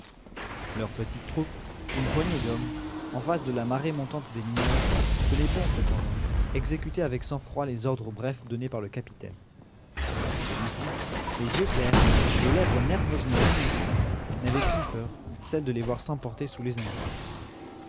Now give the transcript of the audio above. leur petite troupe une poignée d'hommes en face de la marée montante des mineurs tenait bon cependant exécutait avec sang-froid les ordres brefs donnés par le capitaine celui-ci les yeux clairs les lèvres nerveusement amincies n'avait qu'une peur celle de les voir s'emporter sous les injures